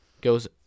goes